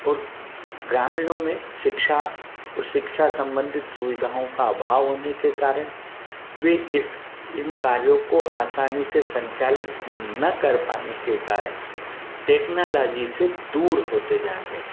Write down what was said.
और ग्रामीणों में शिक्षा और शिक्षा संबंधी सुविधाओं का अभाव होने के कारण वे इस इन कार्यों को आसानी से संचालित न कर पाने के कारण टेक्नालोजी से दूर होते जा रहे